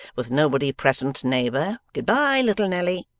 with nobody present, neighbour. good-bye, little nelly